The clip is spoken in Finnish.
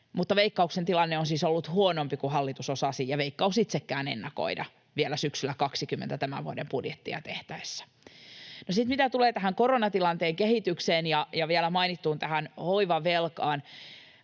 Mutta Veikkauksen tilanne on siis ollut huonompi kuin hallitus osasi, ja Veikkaus itsekään, ennakoida vielä syksyllä 20 tämän vuoden budjettia tehtäessä. No mitä sitten tulee vielä koronatilanteen kehitykseen ja mainittuun hoivavelkaan,